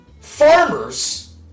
Farmers